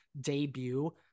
debut